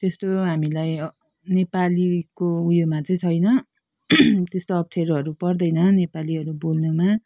त्यस्तो हामीलाई नेपालीको उयोमा चाहिँ छैन त्यस्तो अप्ठ्यारोहरू पर्दैन नेपालीहरू बोल्नुमा